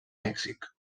mèxic